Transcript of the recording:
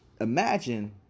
imagine